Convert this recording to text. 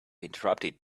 interrupted